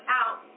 out